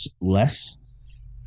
Less